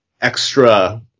extra